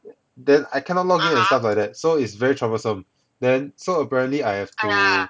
then I cannot login and stuff like that so is very troublesome then so apparently I have to